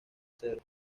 acero